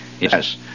Yes